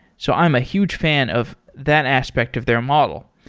so i'm a huge fan of that aspect of their model.